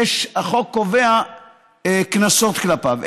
החוק קובע קנסות כלפיו.